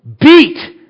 beat